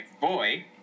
Boy